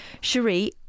Cherie